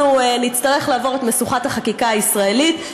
אנחנו נצטרך לעבור את משוכת החקיקה הישראלית.